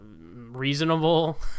reasonable